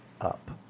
up